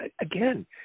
Again